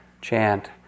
chant